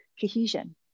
cohesion